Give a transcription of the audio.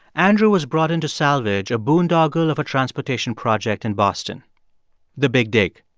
andrew was brought in to salvage a boondoggle of a transportation project in boston the big dig.